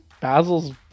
Basil's